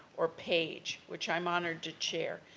or page, which i'm honored to chair.